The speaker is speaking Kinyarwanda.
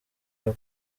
aba